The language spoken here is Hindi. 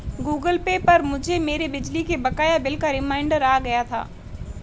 गूगल पे पर मुझे मेरे बिजली के बकाया बिल का रिमाइन्डर आ गया था